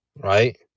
right